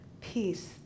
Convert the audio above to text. peace